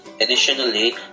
additionally